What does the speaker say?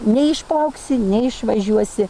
neišplauksi neišvažiuosi